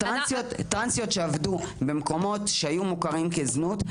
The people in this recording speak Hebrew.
טרנסיות שעבדו במקומות שהיו מוכרים כמקומות זנות,